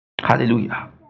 Hallelujah